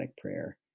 prayer